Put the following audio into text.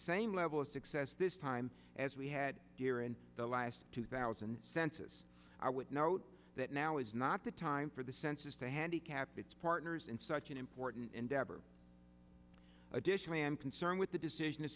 same level of success this time as we had here in the last two thousand census i would note that now is not the time for the census to handicap its partners in such an important endeavor additionally i'm concerned with the decision